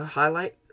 highlight